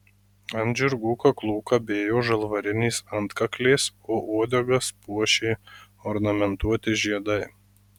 ant žirgų kaklų kabėjo žalvarinės antkaklės o uodegas puošė ornamentuoti žiedai